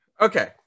Okay